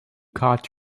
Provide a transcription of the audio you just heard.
caught